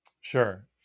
Sure